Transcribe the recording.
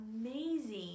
amazing